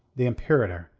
the imperator,